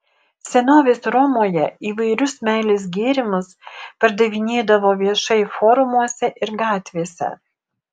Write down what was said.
senovės romoje įvairius meilės gėrimus pardavinėdavo viešai forumuose ir gatvėse